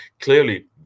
clearly